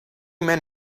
men